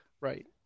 Right